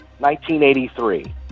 1983